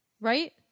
Right